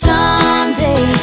Someday